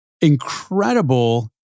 incredible